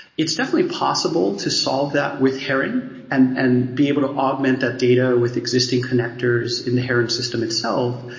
it's definitely possible to solve that with heron and and be able to augment that data with existing connectors in the heron system itself.